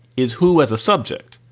is who as a subject?